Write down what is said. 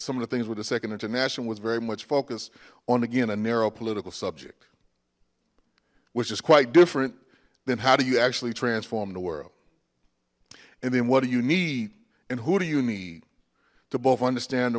some of the things with the second international was very much focused on again a narrow political subject which is quite different than how do you actually transform the world and then what do you need and who do you need to both understand the